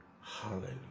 Hallelujah